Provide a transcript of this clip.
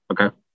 okay